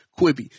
Quibby